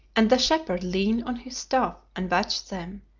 and the shepherd leaned on his staff and watched them,